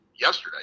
yesterday